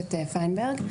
קשת פיינברג.